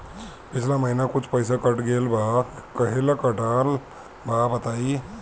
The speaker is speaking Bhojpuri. पिछला महीना कुछ पइसा कट गेल बा कहेला कटल बा बताईं?